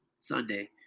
Sunday